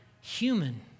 human